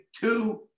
Two